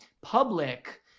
public